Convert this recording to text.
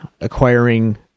acquiring